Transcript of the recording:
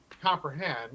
comprehend